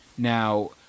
Now